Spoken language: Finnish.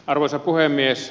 arvoisa puhemies